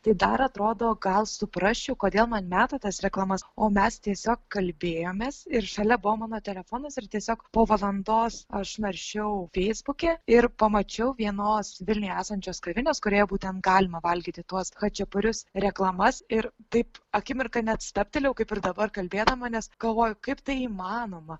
tai dar atrodo gal suprasčiau kodėl man meta tas reklamas o mes tiesiog kalbėjomės ir šalia buvo mano telefonas ir tiesiog po valandos aš naršiau feisbuke ir pamačiau vienos vilniuje esančios kavinės kurioje būtent galima valgyti tuos chačiapurius reklamas ir taip akimirką net stabtelėjau kaip ir dabar kalbėdama nes galvoju kaip tai įmanoma